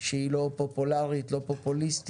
שהיא לא פופולרית, לא פופוליסטית.